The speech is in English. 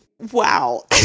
wow